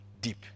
deep